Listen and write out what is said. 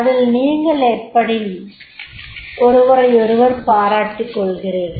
அதில் நீங்கள் எப்படி ஒருவரையொருவர் பாராட்டிக்கொள்கிறீர்கள்